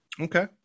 Okay